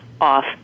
off